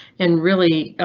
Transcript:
and really, ah